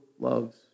loves